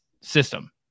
system